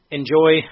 enjoy